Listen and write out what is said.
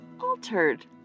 altered